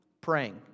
Praying